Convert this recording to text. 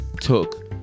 took